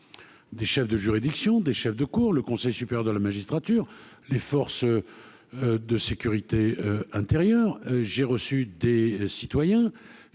des chefs de juridiction des chefs de cour, le Conseil supérieur de la magistrature, les forces de sécurité intérieure, j'ai reçu des citoyens